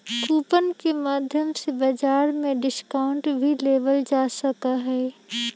coupon के माध्यम से बाजार में डिस्काउंट भी लेबल जा सका हई